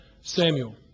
Samuel